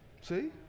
See